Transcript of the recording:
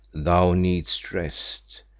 thou needest rest.